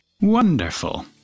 Wonderful